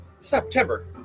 September